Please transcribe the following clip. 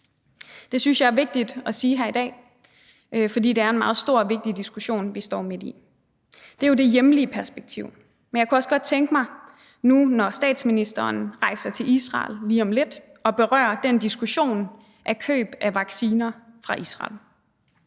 Det synes jeg er vigtigt at sige her i dag, fordi det er en meget stor og vigtig diskussion, vi står midt i. Det er jo det hjemlige perspektiv. Men jeg kunne også godt tænke mig nu, når statsministeren rejser til Israel lige om lidt, at berøre den diskussion om køb af vacciner fra Israel.